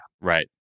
Right